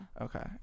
Okay